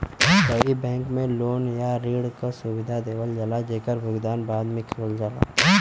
कई बैंक में लोन या ऋण क सुविधा देवल जाला जेकर भुगतान बाद में करल जाला